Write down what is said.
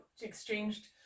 exchanged